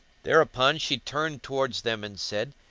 thereupon she turned towards them and said,